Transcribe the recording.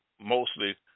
mostly